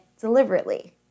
deliberately